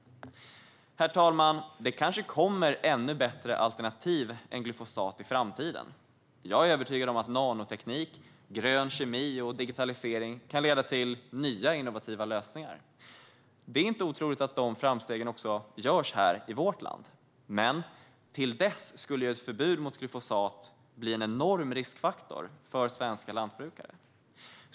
Herr talman! Det kanske kommer ännu bättre alternativ än glyfosat i framtiden. Jag är övertygad om att nanoteknik, grön kemi och digitalisering kan leda till nya innovativa lösningar. Det är inte otroligt att de framstegen också görs här i vårt land, men till dess skulle ett förbud mot glyfosat bli en enorm riskfaktor för svenska lantbrukare.